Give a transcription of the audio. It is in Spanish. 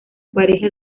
pareja